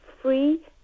free